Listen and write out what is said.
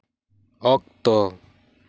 ᱚᱠᱛᱚ